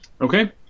okay